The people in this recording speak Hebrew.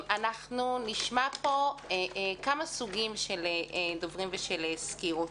אנחנו נשמע פה כמה סוגים של דוברים ושל סקירות.